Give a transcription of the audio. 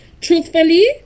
truthfully